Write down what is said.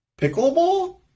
Pickleball